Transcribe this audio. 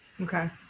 Okay